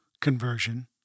conversion